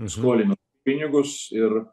skolino pinigus ir